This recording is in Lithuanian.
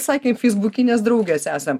sakė feisbukinės draugės esam